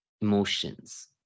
emotions